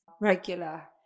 regular